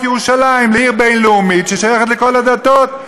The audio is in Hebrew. ירושלים לעיר בין-לאומית ששייכת לכל הדתות.